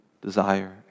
desire